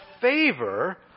favor